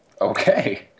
Okay